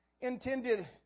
intended